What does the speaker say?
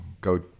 go